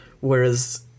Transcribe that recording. whereas